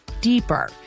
deeper